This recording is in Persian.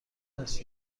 است